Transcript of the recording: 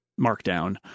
Markdown